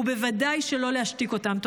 ובוודאי שלא להשתיק אותם.